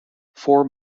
four